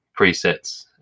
presets